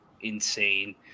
insane